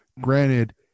Granted